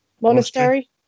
monastery